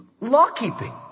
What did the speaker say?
law-keeping